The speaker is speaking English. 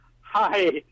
Hi